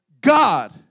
God